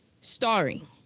Starring